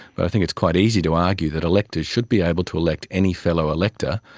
but i think it's quite easy to argue that electors should be able to elect any fellow elector,